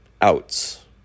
outs